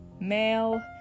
male